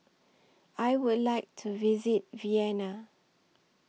I Would like to visit Vienna